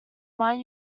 mind